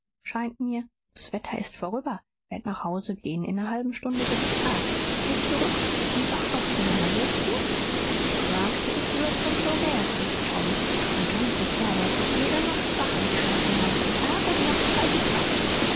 scheint mir s wetter ist vorüber werd nach hause gehen in ner halben stunde wird's tag geh zurück und wach noch so lange willst du sagte ich würd's und so werd ich tom n ganzes jahr werd ich jede nacht wachen ich schlaf den ganzen tag und nachts halt ich wache